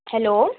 hello